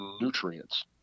nutrients